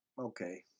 Okay